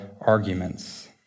arguments